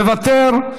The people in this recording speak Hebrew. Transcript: מוותר,